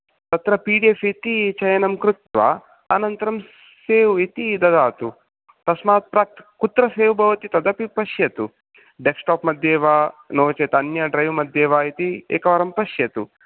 तत्र P D F इति चयनं कृत्वा अनन्तरं सेव् इति ददातु तस्मात् प्राक् कुत्र सेव् भवति तदपि पश्यतु डेक्सटाप् मध्ये वा नो चेत् अन्य ड्रैव् मध्ये वा इति एकवारं पश्यतु